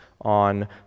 on